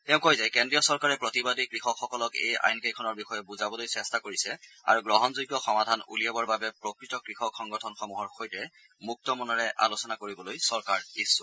তেওঁ কয় যে কেন্দ্ৰীয় চৰকাৰে প্ৰতিবাদী কৃষকসকলক এই আইনকেইখনৰ বিষয়ে বুজাবলৈ চেষ্টা কৰিছে আৰু গ্ৰহণযোগ্য সমাধান উলিয়াবৰ বাবে প্ৰকৃত কৃষক সংগঠনসমূহৰ সৈতে মুক্ত মনেৰে আলোচনা কৰিবলৈ চৰকাৰ ইচ্ছুক